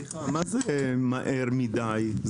מה זה מהר מדי?